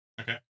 Okay